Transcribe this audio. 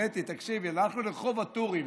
קטי, תקשיבי, הלכנו לרחוב הטורים,